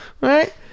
Right